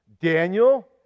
Daniel